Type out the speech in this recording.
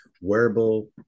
wearable